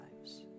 lives